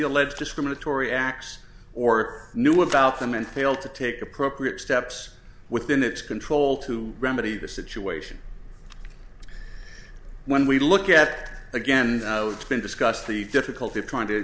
alleged discriminatory acts or knew about them and failed to take appropriate steps within its control to remedy the situation when we look at again it's been discussed the difficulty of trying to